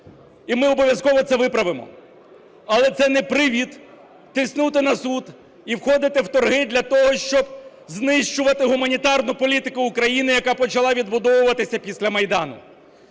І ми обов'язково це виправимо. Але це не привід тиснути на суд і входити в торги для того, щоб знищувати гуманітарну політику України, яка почалася відбудовуватися після Майдану.